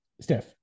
Steph